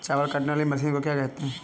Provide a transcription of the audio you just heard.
चावल काटने वाली मशीन को क्या कहते हैं?